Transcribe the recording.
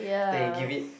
then give it